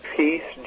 peace